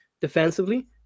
defensively